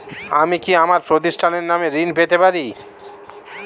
আমি কি আমার প্রতিষ্ঠানের নামে ঋণ পেতে পারি?